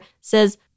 says